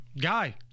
Guy